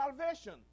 salvation